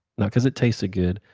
not because it tasted good,